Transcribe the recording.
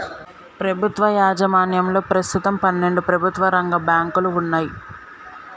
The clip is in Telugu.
ప్రభుత్వ యాజమాన్యంలో ప్రస్తుతం పన్నెండు ప్రభుత్వ రంగ బ్యాంకులు వున్నయ్